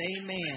amen